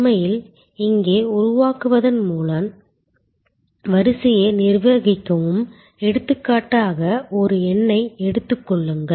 உண்மையில் இங்கே உருவாக்குவதன் மூலம் வரிசையை நிர்வகிக்கவும் எடுத்துக்காட்டாக ஒரு எண்ணை எடுத்துக் கொள்ளுங்கள்